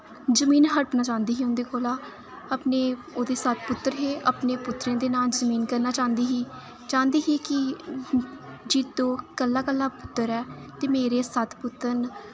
जमीन हडपना चांह्दी ही उं'दे कोला अपने ओह्दे सत्त पुत्तर हे अपने पुत्तरें दे नां जमीन करना चांह्दी ही चांह्दी ही कि जित्तो कल्ला कल्ला पुत्तर ऐ ते मेरे सत्त पुत्तर न